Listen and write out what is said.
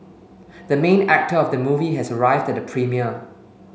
the main actor of the movie has arrived at the premiere